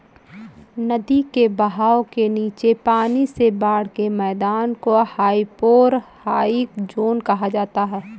नदी के बहाव के नीचे पानी से बाढ़ के मैदान को हाइपोरहाइक ज़ोन कहा जाता है